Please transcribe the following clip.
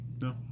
No